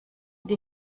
die